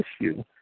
issue